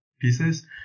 Pieces